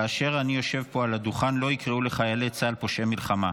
כאשר אני יושב פה על הדוכן לא יקראו לחיילי צה"ל "פושעי מלחמה".